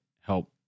help